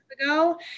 ago